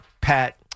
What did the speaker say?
Pat